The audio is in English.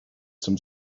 some